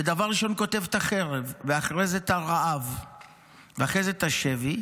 ודבר ראשון הוא כותב את החרב ואחרי זה את הרעב ואחרי זה את השבי,